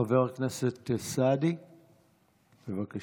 חבר הכנסת סעדי, בבקשה.